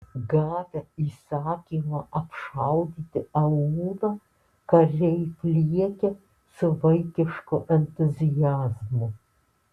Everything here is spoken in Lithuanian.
gavę įsakymą apšaudyti aūlą kariai pliekia su vaikišku entuziazmu